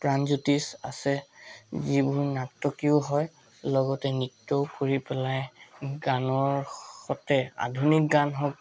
প্ৰানজ্যোতিষ আছে যিবোৰ নাটকীয় হয় লগতে নৃত্যও কৰি পেলাই গানৰ সতে আধুনিক